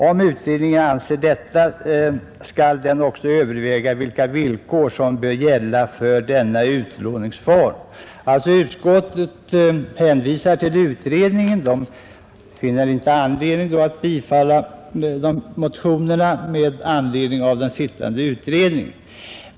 Om utredningen anser detta skall den också överväga vilka villkor som bör gälla för denna utlåningsform.” Utskottet hänvisar alltså till utredningen. Det finner med anledning av den sittande utredningen inte skäl att bifalla motionerna.